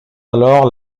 alors